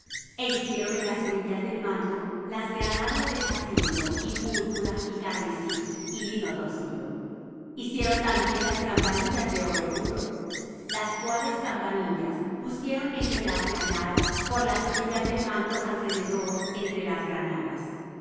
e hicieron en las orillas del manto las granadas de jacinto y púrpura y carmesí y lino torcido hicieron también las campanillas de oro puro las cuales campanillas pusieron entre las granadas por las orillas del manto alrededor entre las granadas